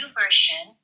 version